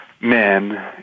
men